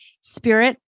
spirit